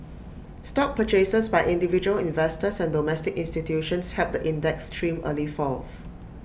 stock purchases by individual investors and domestic institutions helped the index trim early falls